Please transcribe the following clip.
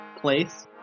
place